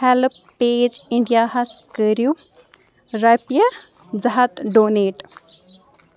help page اِنٛڈیاہَس کٔرِو رۄپیہِ زٕ ہَتھ ڈونیٹ